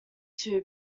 two